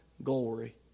glory